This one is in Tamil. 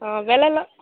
ஆ விலைலாம்